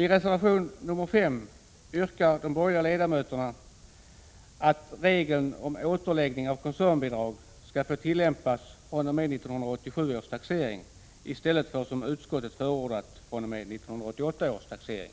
I reservation nr 5 yrkar de borgerliga ledamöterna att regeln om återläggning av koncernbidrag skall få tillämpas fr.o.m. 1987 års taxering i stället för som utskottet förordat fr.o.m. 1988 års taxering.